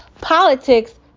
politics